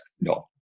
No